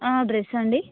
dress అండి